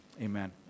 Amen